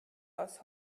aus